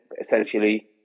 essentially